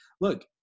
look